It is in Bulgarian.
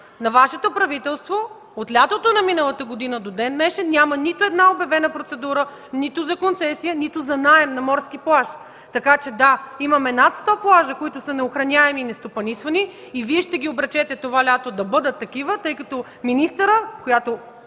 на Вашето правителство от лятото на миналата година до ден-днешен няма нито една обявена процедура нито за концесия, нито за наем на морски плаж. Така че, да, имаме над 100 плажа, които са неохраняеми и нестопанисвани и Вие ще ги обречете това лято да бъдат такива, тъй като министърът,